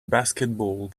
basketball